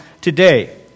today